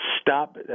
Stop